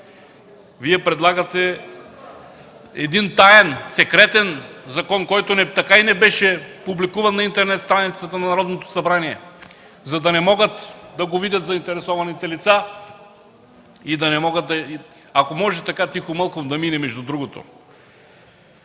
Вие предлагате един таен, секретен закон, който така и не беше публикуван на интернет страницата на Народното събрание, за да не могат да го видят заинтересованите лица – ако може, така тихомълком да мине, между другото.